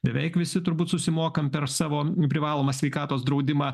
beveik visi turbūt susimokam per savo privalomą sveikatos draudimą